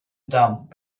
dumb